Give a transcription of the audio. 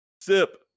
sip